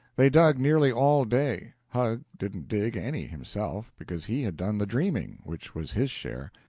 they dug nearly all day. huck didn't dig any himself, because he had done the dreaming, which was his share.